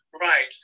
right